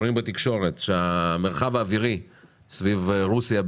קוראים בתקשורת שהמרחב האווירי סביב רוסיה,